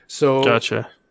Gotcha